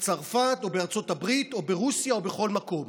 בצרפת ובארצות הברית או ברוסיה או בכל מקום.